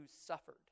suffered